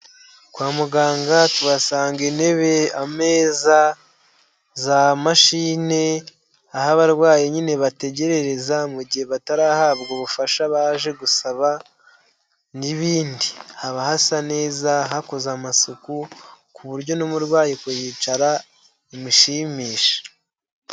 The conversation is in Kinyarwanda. Kwa muganga tuhasanga intebe, ameza za mashini, aho abarwayi nyine bategerereza mu gihe batarahabwa ubufasha baje gusaba n'ibindi, haba hasa neza hakoze amasuku, ku buryo n'umurwayi kuhicara bimushimisha.